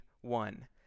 one